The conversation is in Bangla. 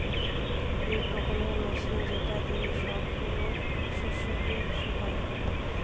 এক রকমের মেশিন যেটা দিয়ে সব গুলা শস্যকে শুকায়